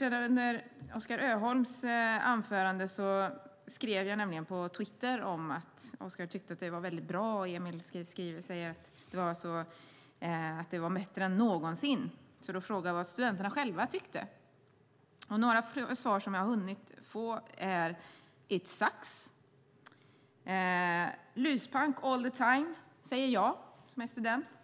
Under Oskar Öholms anförande skrev jag på Twitter om att Oskar tycker att studiemedelssystemet är väldigt bra och att Emil säger att det är bättre än någonsin. Därför frågade jag vad studenterna själva tyckte. Här är några svar som jag har hunnit få: It sucks. Luspank all the time, säger jag som är student.